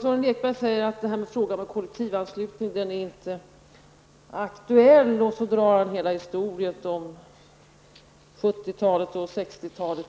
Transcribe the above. Sören Lekberg säger att frågan om kollektivanslutning inte är aktuell och drar hela historien om 70-talet och 60-talet.